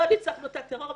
לא ניצחנו את הטרור.